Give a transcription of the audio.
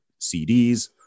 CDs